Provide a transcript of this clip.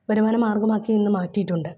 വരുമാന മാര്ഗ്ഗമാക്കി ഇന്ന് മാറ്റിയിട്ടുണ്ട്